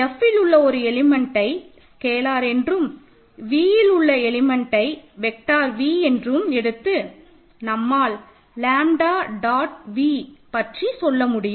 Fஇல் உள்ள ஒரு எலிமண்டை ஸ்கேலார் என்றும் Vஇல் உள்ள வெக்டார் V என்றும் எடுத்து நம்மால் லாம்டா டாட் V பற்றி சொல்ல முடியும்